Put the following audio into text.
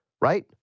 right